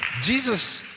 Jesus